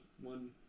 one